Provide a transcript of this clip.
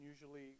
usually